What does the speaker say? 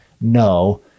no